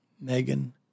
Megan